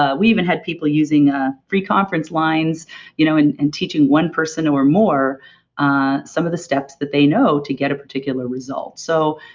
ah we even had people using a free conference lines you know and and teaching one person or more ah some of the steps that they know to get a particular result. so,